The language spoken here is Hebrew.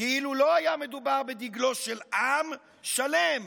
כאילו לא היה מדובר בדגלו של עם שלם